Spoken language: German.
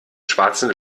schwarzen